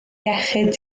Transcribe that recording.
iechyd